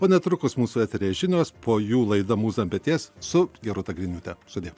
o netrukus mūsų eteryje žinos po jų laida mūza ant peties su gerūta griniūte sudie